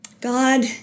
God